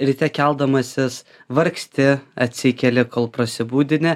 ryte keldamasis vargsti atsikeli kol prasibudini